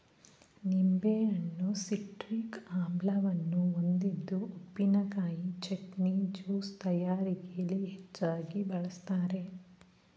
ನಿಂಬೆಹಣ್ಣು ಸಿಟ್ರಿಕ್ ಆಮ್ಲವನ್ನು ಹೊಂದಿದ್ದು ಉಪ್ಪಿನಕಾಯಿ, ಚಟ್ನಿ, ಜ್ಯೂಸ್ ತಯಾರಿಕೆಯಲ್ಲಿ ಹೆಚ್ಚಾಗಿ ಬಳ್ಸತ್ತರೆ